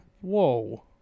Whoa